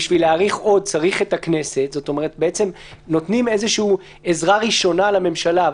בשביל להאריך עוד צריך את הכנסת נותנים עזרה ראשונה לממשלה,